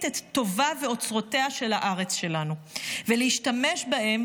את טוּבָהּ ואוצרותיה של הארץ שלנו ולהשתמש בהם